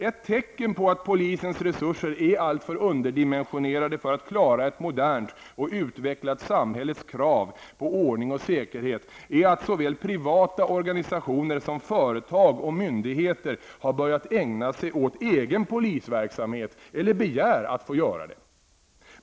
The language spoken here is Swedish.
Ett tecken på att polisens resurser är alltför underdimensionerade för att det skall gå att klara ett modernt och utvecklat samhälles krav på ordning och säkerhet är att såväl privata organisationer som företag och myndigheter har börjat ägna sig åt egen polisverksamhet eller begär att få göra det.